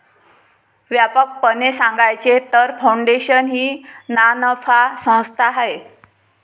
व्यापकपणे सांगायचे तर, फाउंडेशन ही नानफा संस्था आहे